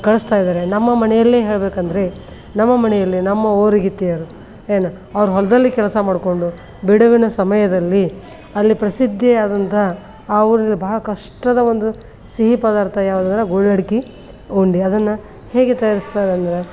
ಕಳಿಸ್ತಾ ಇದ್ದಾರೆ ನಮ್ಮ ಮನೆಯಲ್ಲೇ ಹೇಳಬೇಕಂದ್ರೆ ನಮ್ಮ ಮನೆಯಲ್ಲಿ ನಮ್ಮ ಓರಗಿತ್ತಿಯರು ಏನು ಅವರು ಹೊಲದಲ್ಲಿ ಕೆಲಸ ಮಾಡಿಕೊಂಡು ಬಿಡುವಿನ ಸಮಯದಲ್ಲಿ ಅಲ್ಲಿ ಪ್ರಸಿದ್ಧಿಯಾದಂತ ಆ ಊರಿನ ಭಾಳ ಕಷ್ಟದ ಒಂದು ಸಿಹಿ ಪದಾರ್ಥ ಯಾವುದಂದ್ರೆ ಗೋ ಲಡಕಿ ಉಂಡೆ ಅದನ್ನು ಹೇಗೆ ತಯಾರ್ಸ್ತಾರಂದ್ರೆ